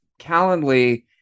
Calendly